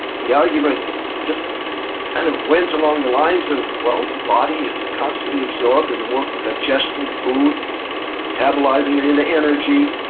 the argument just kind of went along the lines of the body is constantly absorbed in the work of digestion. food metabolizing and into energy,